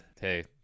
Hey